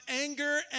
anger